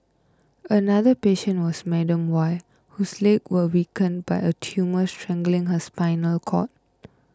another patient was Madam Y whose legs were weakened by a tumour strangling her spinal cord